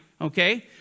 okay